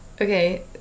Okay